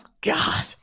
God